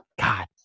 God